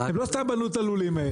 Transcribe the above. לא לסתם בנו את הלולים האלה.